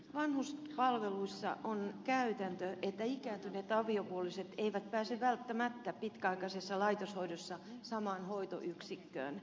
vanhuspalveluissa on käytäntö että ikääntyneet aviopuolisot eivät pääse välttämättä pitkäaikaisessa laitoshoidossa samaan hoitoyksikköön